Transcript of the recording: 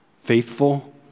faithful